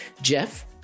Jeff